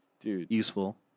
useful